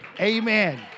Amen